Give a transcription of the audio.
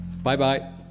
Bye-bye